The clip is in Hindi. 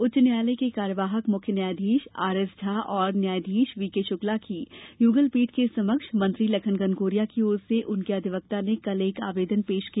उच्च न्यायालय के कार्यवाहक मुख्य न्यायाधीश आर एस झा और न्यायाधीश वी के शुक्ला की युगलपीठ के समक्ष मंत्री लघन घनघोरिया की ओर से उनके अधिवक्ता ने कल एक आवेदन पेश किया